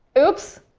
oops.